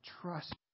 Trust